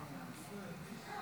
שלוש דקות